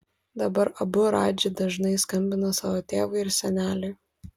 dabar abu radži dažnai skambina savo tėvui ir seneliui